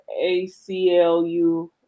ACLU